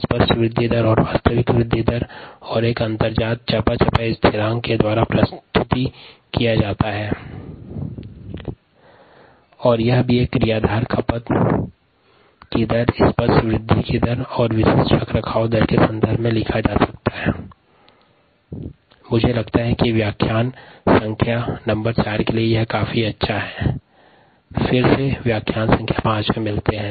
स्पष्ट वृद्धि दर वास्तविक वृद्धि दर और इंडोजीनस मेटाबोलिज्म स्थिरांक को 𝜇𝑇 − 𝑘𝑒𝑥 के द्वारा निम्नानुसार प्रस्तुत किया जाता है rxAxT kex कोशिका उपभोग की दर स्पष्ट विशिष्ट वृद्धि दर और स्पेसिफिक मेंटेनेंस रेट या विशिष्ट रखरखाव दर के संदर्भ में निम्नानुसार समीकरण लिखा जा सकता है rS1YxSAAxmx अगले व्याख्यान संख्या 5 में मिलते हैं